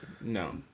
No